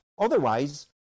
Otherwise